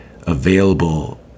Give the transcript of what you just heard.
available